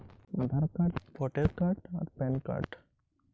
Bank account খুলতে হলে কি কি নথিপত্র লাগবে?